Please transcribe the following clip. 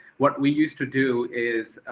what we used to do is,